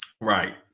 Right